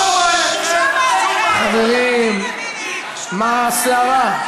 חברים, מה הסערה?